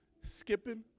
skipping